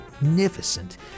magnificent